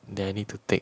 then I need to take